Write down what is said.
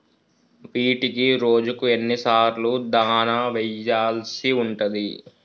వీటికి రోజుకు ఎన్ని సార్లు దాణా వెయ్యాల్సి ఉంటది?